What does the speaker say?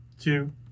two